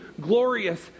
glorious